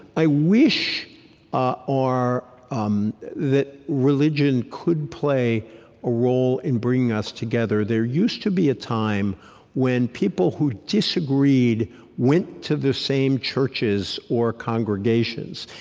i wish ah um that religion could play a role in bringing us together. there used to be a time when people who disagreed went to the same churches or congregations.